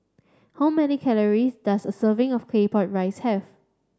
how many calories does a serving of claypot rice have